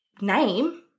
name